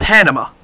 Panama